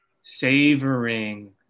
savoring